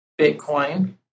Bitcoin